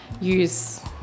use